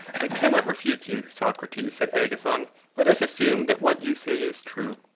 i cannot refute you, socrates, said agathon let us assume that what you say is true.